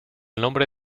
nombre